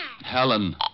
Helen